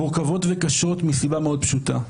מורכבות וקשות מסיבה מאוד פשוטה,